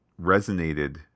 resonated